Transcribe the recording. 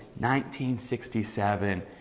1967